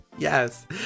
Yes